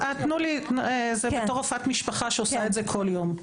רק תנו לי, בתור רופאת משפחה שעושה את זה כל יום.